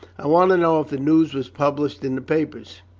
i want to know if the news was published in the papers.